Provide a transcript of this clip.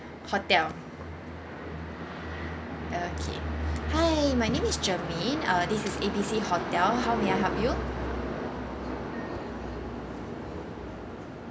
hotel okay hi my name is germaine uh this is A B C hotel how may I help you